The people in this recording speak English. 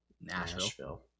Nashville